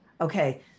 Okay